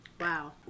Wow